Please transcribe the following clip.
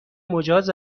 مجاز